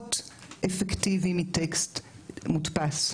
פחות אפקטיבי מטקסט מודפס,